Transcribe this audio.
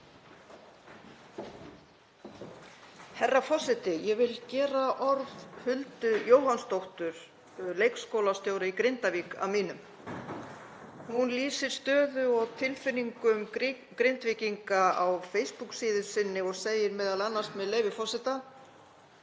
Herra forseti. Ég vil gera orð Huldu Jóhannsdóttur, leikskólastjóra í Grindavík, að mínum. Hún lýsir stöðu og tilfinningum Grindvíkinga á Facebook-síðu sinni og segir m.a., með leyfi forseta: